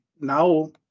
now